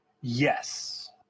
yes